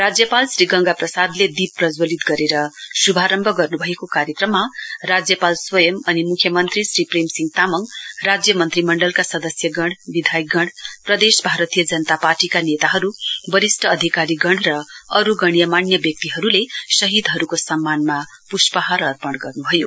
राज्यपाल श्री गंगा प्रसाद्ले दीप प्रज्वलित गरेर शुभारम्भ गर्नुभएको कार्यक्रममा राज्यपाल स्वयं अनि म्ख्यमन्त्री श्री प्रेम सिंह तामाङ राज्यमन्त्रीमण्डलका सदस्यगण विधायकगण प्रदेश भारतीय जनता पार्टीका नेताहरू वरिष्ट अधिकारीगण र अरू गन्यमन्य व्यक्तिहरूले शहीदहरूको सम्मानमा प्ष्पहार अर्पण गर्न् भयो